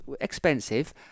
expensive